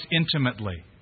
intimately